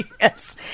yes